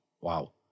wow